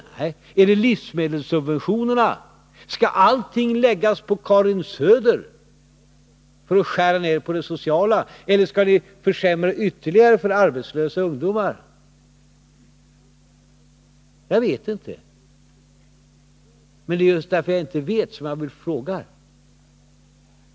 Är det livsmedelssubventionerna? Skall allting läggas på Karin Söder för att skära ner på det sociala? Eller skall ni försämra ytterligare för arbetslösa ungdomar? Jag vet inte, men det är just därför att jag inte vet som jag frågar.